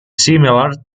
similar